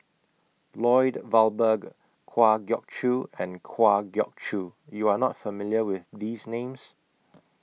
Lloyd Valberg Kwa Geok Choo and Kwa Geok Choo YOU Are not familiar with These Names